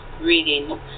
reading